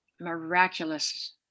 miraculous